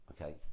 okay